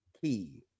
Key